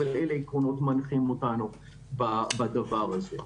אבל אלה עקרונות שמנחים אותנו בדבר הזה.